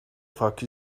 fuck